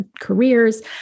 careers